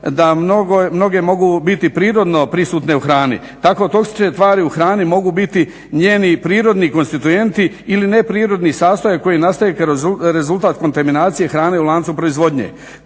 da mnoge mogu biti prirodno prisutne u hrani. Tako toksične tvari u hrani mogu biti njeni prirodni konstituenti ili neprirodni sastojak koji nastaje kao rezultat kontaminacije hrane u lancu proizvodnje.